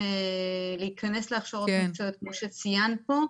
להיכנס להכשרות מקצועיות כמו שציינת פה.